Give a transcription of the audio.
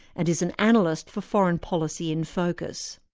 and is an analyst for foreign policy in focus.